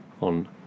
on